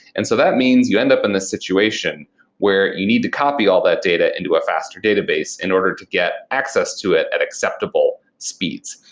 and so that means you end up in a situation where you need to copy all that data into a faster database in order to get access to it at acceptable speeds.